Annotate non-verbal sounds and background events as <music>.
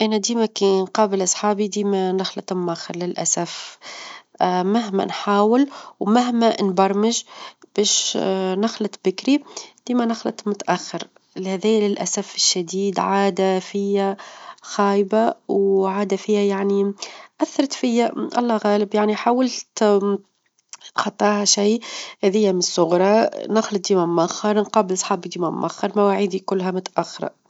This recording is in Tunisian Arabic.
أنا ديما كي نقابل أصحابي ديما نخلط مأخر للأسف <hesitation> مهما نحاول، ومهما نبرمج باش <hesitation> نخلط بكري ديما نخلط متأخر، لذي للأسف الشديد عادة فيا خايبة، وعادة فيها يعني أثرت فيا الله غالب يعني حاولت <hesitation> أتخطاها شيء، هذيا من الصغرى نخلط، نقابل صحابي ديما مأخر، مواعيدي كلها متأخرة.